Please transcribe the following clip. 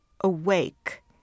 awake